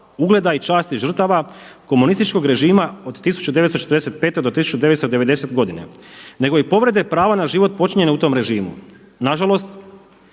ugleda i časti žrtava komunističkog režima od 1945. do 1990. godine nego i povrede prava na život počinjene u tom režimu. Nažalost,